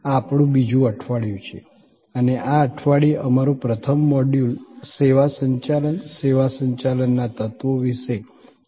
આ આપણું બીજું અઠવાડિયું છે અને આ અઠવાડિયે અમારું પ્રથમ મોડ્યુલ સેવા સંચાલન સેવા સંચાલનના તત્વો વિશે છે